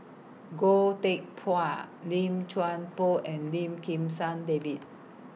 Goh Teck Phuan Lim Chuan Poh and Lim Kim San David